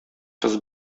кыз